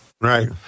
Right